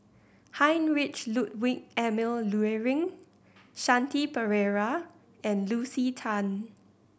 Heinrich Ludwig Emil Luering Shanti Pereira and Lucy Tan